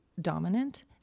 dominant